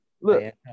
Look